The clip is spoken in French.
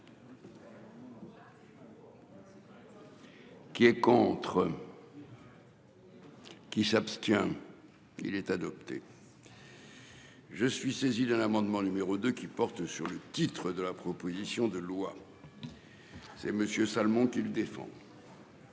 Qui est contre. Qui s'abstient. Il est adopté. Je suis saisi d'un amendement numéro 2 qui porte sur le titre de la proposition de loi. Ces messieurs salement qu'il défend.